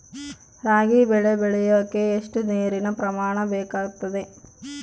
ರಾಗಿ ಬೆಳೆ ಬೆಳೆಯೋಕೆ ಎಷ್ಟು ನೇರಿನ ಪ್ರಮಾಣ ಬೇಕಾಗುತ್ತದೆ?